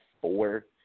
four